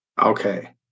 okay